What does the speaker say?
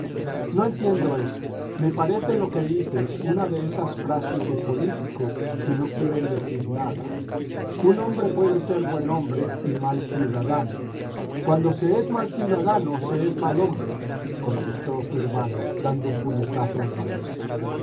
no entiendo eso me parece lo que dices una de esas frases de político que no quieren decir nada un hombre puede ser buen hombre y mal ciudadano cuando se es mal ciudadano se es mal hombre contestó zurbano dando un puñetazo en la mesa